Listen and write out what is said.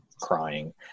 crying